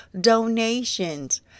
donations